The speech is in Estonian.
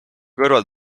kõrval